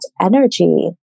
energy